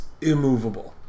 immovable